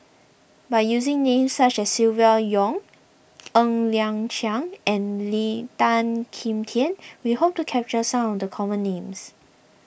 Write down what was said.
by using names such as Silvia Yong Ng Liang Chiang and Lee Tan Kim Tian we hope to capture some of the common names